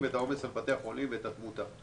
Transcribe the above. ואת העומס על בתי החולים ואת התמותה.